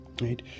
right